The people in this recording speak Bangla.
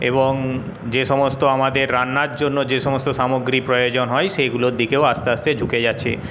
এবং যে সমস্ত আমাদের রান্নার জন্য যে সমস্ত সামগ্রী প্রয়োজন হয় সেগুলোর দিকেও আস্তে আস্তে ঝুঁকে যাচ্ছে